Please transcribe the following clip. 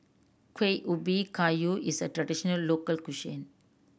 Kuih Ubi Kayu is a traditional local cuisine